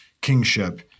kingship